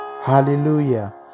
Hallelujah